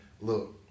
look